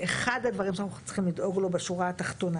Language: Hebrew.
שאחד הדברים שאנחנו צריכים לדאוג לו בשורה התחתונה